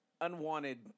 unwanted